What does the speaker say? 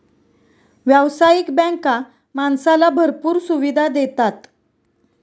व्यावसायिक बँका माणसाला भरपूर सुविधा देतात